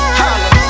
holla